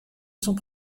sont